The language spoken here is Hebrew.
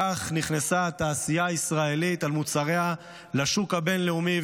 כך נכנסה התעשייה הישראלית על מוצריה לשוק הבין-לאומי,